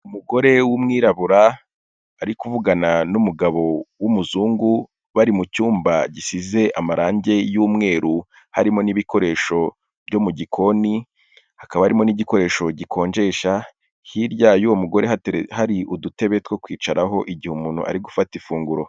Umugore w'umwirabura ari kuvugana n'umugabo w'umuzungu, bari mu cyumba gisize amarange y'umweru, harimo n'ibikoresho byo mu gikoni, hakaba harimo n'igikoresho gikonjesha, hirya y'uwo mugore hari udutebe two kwicaraho igihe umuntu ari gufata ifunguro.